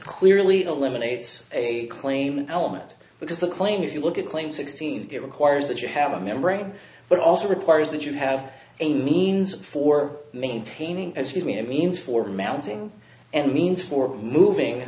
clearly eliminates a claim an element because the claim if you look at claim sixteen it requires that you have a membrane but also requires that you have a means for maintaining as you mean it means for mounting and means for moving